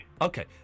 Okay